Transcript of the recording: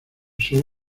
sur